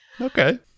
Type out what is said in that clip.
Okay